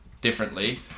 differently